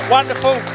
Wonderful